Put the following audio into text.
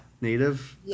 native